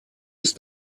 ist